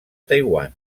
taiwan